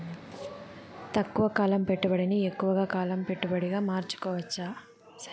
తక్కువ కాలం పెట్టుబడిని ఎక్కువగా కాలం పెట్టుబడిగా మార్చుకోవచ్చా?